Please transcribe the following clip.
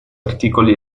articoli